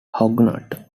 huguenot